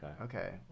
Okay